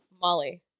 molly